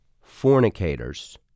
fornicators